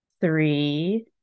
three